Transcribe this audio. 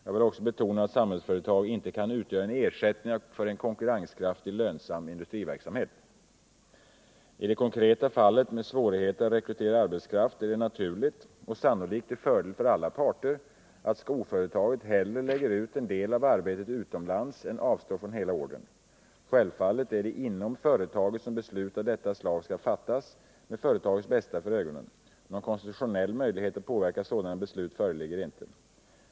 Jag vill också betona att Samhällsföretag inte kan utgöra en ersättning för en konkurrenskraftig, lönsam industriverksamhet. I det konkreta fallet med svårigheter att rekrytera arbetskraft är det naturligt och sannolikt till fördel för alla parter, att skoföretaget hellre lägger ut en del av arbetet utomlands än avstår från hela ordern. Självfallet är det inom företaget som beslut av detta slag skall fattas med företagets bästa för ögonen. Någon konstitutionell möjlighet att påverka sådana beslut föreligger inte.